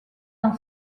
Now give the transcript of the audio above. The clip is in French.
dans